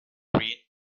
green